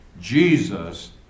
Jesus